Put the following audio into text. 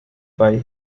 buy